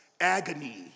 agony